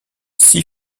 six